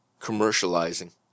commercializing